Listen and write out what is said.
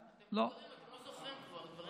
לא זוכרים כבר, מבוגרים.